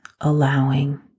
allowing